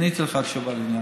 אני עניתי לך תשובה לעניין.